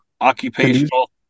occupational